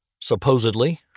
Supposedly